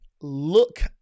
Look